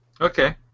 Okay